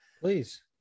please